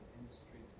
industry